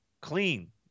clean